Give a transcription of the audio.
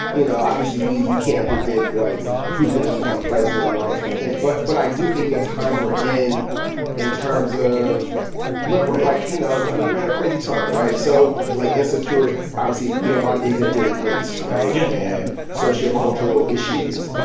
you know, obviously we you can't predict, like, who's going to become president and and sort of thing. but but i do think the time we're in in terms of look, we're in, like you know, i mean, we're in a crazy time, right? so, like, insecure obviously, we have a lot of things that deal with race, right? yeah and sociocultural issues.